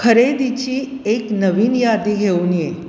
खरेदीची एक नवीन यादी घेऊन ये